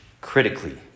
critically